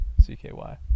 cky